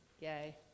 Yay